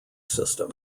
system